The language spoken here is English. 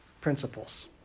principles